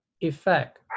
effect